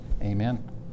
Amen